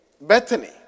Bethany